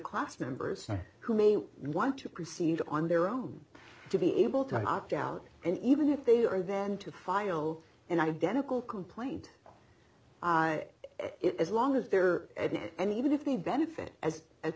class members who may want to proceed on their own to be able to opt out and even if they are then to file an identical complaint i it as long as they're at it and even if the benefit as